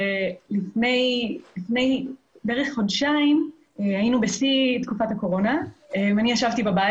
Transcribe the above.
לפני בערך חודשיים הינו בשיא תקופת הקורונה ואני ישבתי בבית